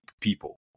people